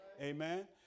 Amen